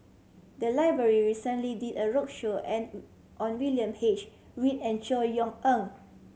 the library recently did a roadshow and on William H Read and Chor Yeok Eng